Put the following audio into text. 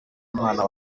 umwana